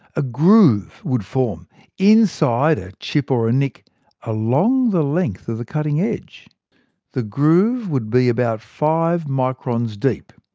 a groove would form inside a chip or nick along the length of the cutting-edge. the groove would be about five microns deep,